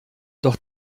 doch